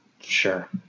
Sure